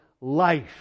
life